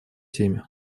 теме